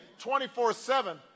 24-7